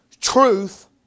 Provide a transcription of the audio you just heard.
Truth